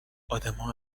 آدما